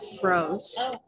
froze